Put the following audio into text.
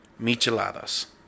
micheladas